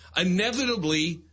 Inevitably